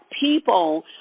people